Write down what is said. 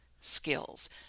skills